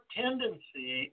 tendency